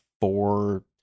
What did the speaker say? four